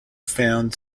found